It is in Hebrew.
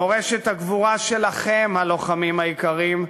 מורשת הגבורה שלכם, הלוחמים היקרים,